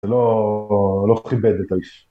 ‫לא כיבד את האיש.